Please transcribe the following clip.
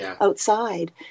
outside